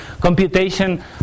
computation